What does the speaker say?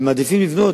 ומעדיפים לבנות